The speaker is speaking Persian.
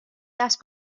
دست